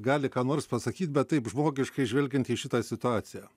gali ką nors pasakyt bet taip žmogiškai žvelgiant į šitą situaciją